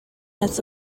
has